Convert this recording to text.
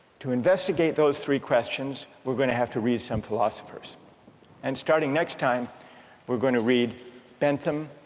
to investigate those three questions we're going to have to read some philosophers and starting next time we're going to read bentham,